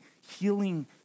healing